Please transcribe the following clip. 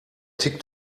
tickt